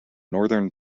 northern